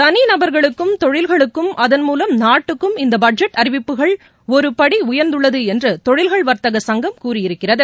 தனிநபர்களுக்கும் தொழில்களுக்கும் அதன்மூலம் நாட்டுக்கும் இந்த பட்ஜெட் அறிவிப்புகள் ஒருபடி உயர்ந்துள்ளது என்று தொழில்கள் வர்த்தக சங்கம் கூறியிருக்கிறது